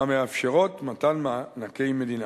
המאפשרות מתן מענקי מדינה.